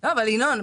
אבל ינון,